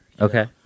Okay